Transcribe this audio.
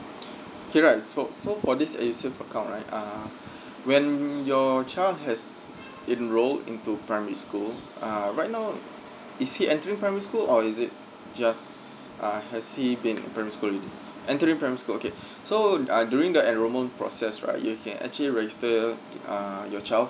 okay right so so for this edusave account right err when your child has enrol into primary school uh right now is he entry primary school or is it just uh has he been in a private school entry primary school okay so uh doing the enrolment process right you can actually register uh your child